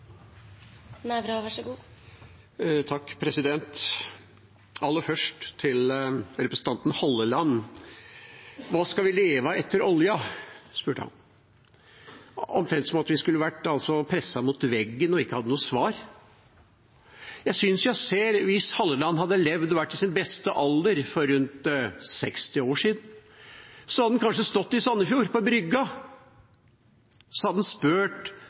Aller først til representanten Halleland: Hva skal vi leve av etter olja? spurte han, omtrent som om vi skulle vært presset mot veggen og ikke hadde noe svar. Hvis representanten Halleland hadde levd og vært i sin beste alder for rundt 60 år siden, hadde han kanskje stått på brygga i Sandefjord